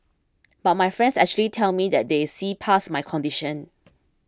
but my friends actually tell me that they see past my condition